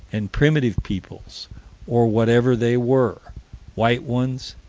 and primitive peoples or whatever they were white ones,